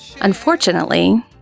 unfortunately